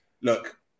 look